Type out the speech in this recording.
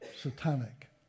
satanic